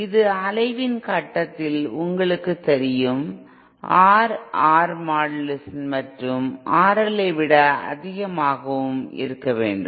இது அலைவின் கட்டத்தில் உங்களுக்குத் தெரியும் R Rஇன் மாடுலஸில் மற்றும் RL விட அதிகமாகவும் இருக்க வேண்டும்